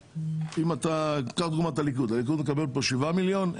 אם ניקח לדוגמה את הליכוד אם הוא מקבל כאן 7 מיליון שקלים,